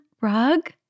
rug